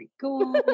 cool